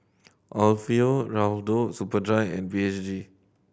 Alfio Raldo Superdry and B H G